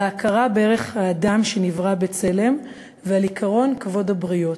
על ההכרה בערך האדם שנברא בצלם ועל עקרון כבוד הבריות".